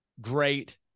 Great